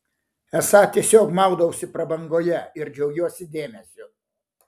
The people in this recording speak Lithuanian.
esą tiesiog maudausi prabangoje ir džiaugiuosi dėmesiu